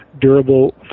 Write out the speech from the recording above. durable